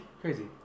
Crazy